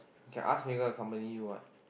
can ask Megan accompany you what